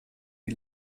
die